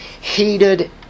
heated